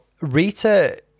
rita